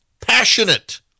passionate